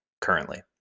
currently